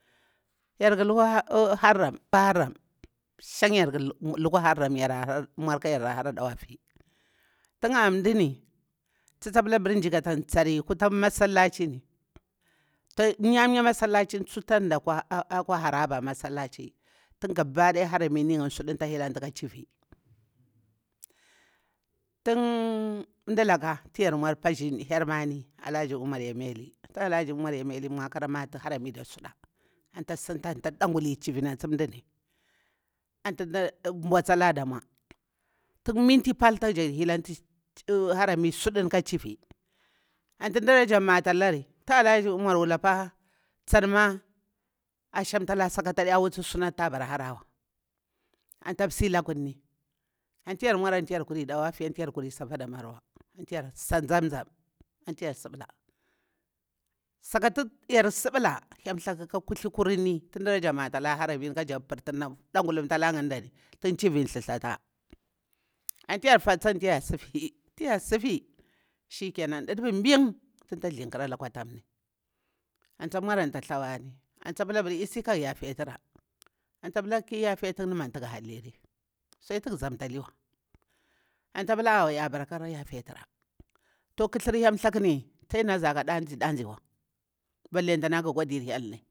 Yar ƙaluwa harram shang yana ƙa lukwa yarara hara dawafi tung mdani tuta pula zi kafa tsari kula masallaci ni may may masallaci, akwa hara ba masallaci ni tun gabadaya haramir ni suduni ta hilantu ka chwi tim mdalaka hermani alhaji umar yameli tamau ka matu harami da suda tun ta sinta antu ta ɗaguli chivini asi mdani antu mda bwasala damau tum minti pal taktak tu hilantu haramin sudu ka chwi antu mda rajaktu mata lari tu alhaji umar ulapa tsanma a shamfa kri saka tsaɗafa wutu sutu ta bara harawa antu ta msi lakurni antu yar mauri antu yar kuri safa da marwa ka dawafi antu yar sa tham tham tu yar suɓuba sakatu yar suɓula hyel thaku ka kuthli kurimni tumda jaktu mafa haramin ka dangulumfari yindani tun chivini thuthafa antu yar fassi fu yar, safi antu ta tsin karsalari ɓin antu tsa mauri antu ta thawa yani abur iya kara yafe tura ki yafetu inya mantu ga hallini sudi tuga zamtaliwa amtu tsa pula awo ya bara kara yafetura to ƙathurur hyel thakuni ta de naza ka ɗazi ɗaziwa ballentana ga kwa dir hyel.